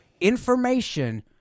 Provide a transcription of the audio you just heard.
information